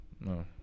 no